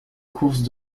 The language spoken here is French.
course